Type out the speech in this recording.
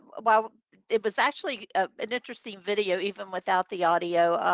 while it was actually an interesting video, even without the audio,